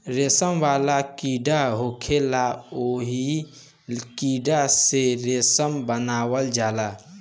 रेशम वाला कीड़ा होखेला ओही कीड़ा से रेशम बनावल जाला